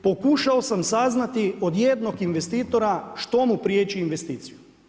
Pokušao sam saznati od jednog investitora što mu priječi investiciju.